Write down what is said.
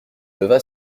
leva